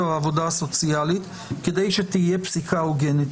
והעבודה הסוציאלית כדי שתהיה פסיקה הוגנת.